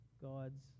God's